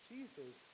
Jesus